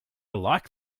like